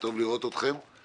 טוב לראות אתכם.